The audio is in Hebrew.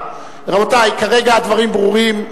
רבותי, כרגע הדברים ברורים.